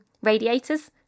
radiators